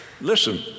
Listen